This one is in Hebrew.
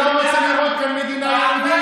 שלא רוצה לראות כאן מדינה יהודית?